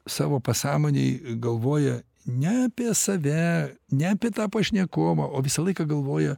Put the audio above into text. savo pasąmonėj galvoja ne apie save ne apie tą pašnekovą o visą laiką galvoja